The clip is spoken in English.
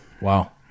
Wow